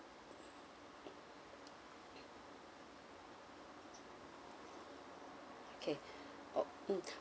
okay oh mm